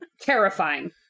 terrifying